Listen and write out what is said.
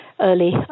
early